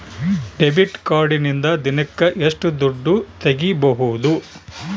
Debit ಕಾರ್ಡಿನಿಂದ ದಿನಕ್ಕ ಎಷ್ಟು ದುಡ್ಡು ತಗಿಬಹುದು?